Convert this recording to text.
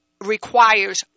requires